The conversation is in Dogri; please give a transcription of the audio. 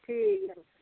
ठीक ऐ